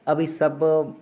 आब ईसब